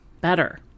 better